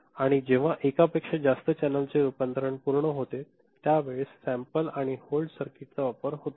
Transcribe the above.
आणि जेव्हा एकापेक्षा जास्त चॅनलची रूपांतरण पूर्ण होते त्या वेळेस सॅम्पल आणि होल्ड सर्किट चा वापर होतो